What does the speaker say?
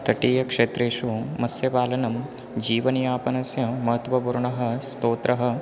तटीयक्षेत्रेषु मत्स्यपालनं जीवनियापनस्य महत्वपूर्णः स्तोत्रः